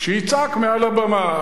שיצעק מעל הבמה.